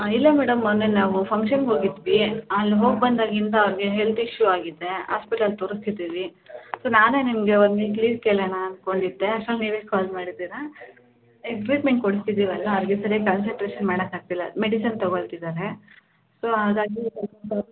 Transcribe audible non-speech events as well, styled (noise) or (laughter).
ಹಾಂ ಇಲ್ಲ ಮೇಡಮ್ ಮೊನ್ನೆ ನಾವು ಫಂಕ್ಷನ್ನಿಗೆ ಹೋಗಿದ್ವಿ ಹಾಂ ಅಲ್ಲಿ ಹೋಗಿಬಂದಾಗಿಂದ ಅವನ್ಗೆ ಹೆಲ್ತ್ ಇಶು ಆಗಿದೆ ಹಾಸ್ಪೆಟ್ಲಲ್ಲಿ ತೋರ್ಸ್ತಿದ್ದೀವಿ ಸೊ ನಾನೇ ನಿಮಗೆ ಒಂದು ವೀಕ್ ಲೀವ್ ಕೇಳೋಣ ಅಂದ್ಕೊಂಡಿದ್ದೆ ಅಷ್ಟ್ರಲ್ಲಿ ನೀವೇ ಕಾಲ್ ಮಾಡಿದ್ದಿರಾ (unintelligible) ಕೊಡಿಸ್ತಿದ್ದೀವಲ್ಲಾ ಅದ್ರ ಕಡೆ ಕಾನ್ಸಂಟ್ರೇಶನ್ ಮಾಡೋಕಾಕ್ತಿಲ್ಲ ಮೆಡಿಸನ್ ತಗೋಳ್ತಿದ್ದಾನೆ ಸೊ ಹಾಗಾಗಿ (unintelligible)